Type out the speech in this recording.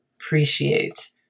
appreciate